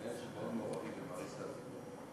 אני מניח שאתם מעורבים במערכת הבריאות.